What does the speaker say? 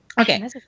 okay